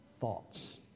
thoughts